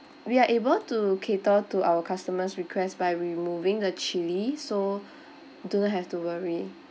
we are able to cater to our customer's request by removing the chilli so do not have to worry